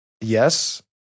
yes